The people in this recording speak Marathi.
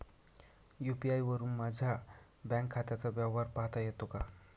यू.पी.आय वरुन माझ्या बँक खात्याचा व्यवहार पाहता येतो का?